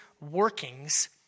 workings